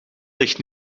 ligt